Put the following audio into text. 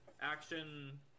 Action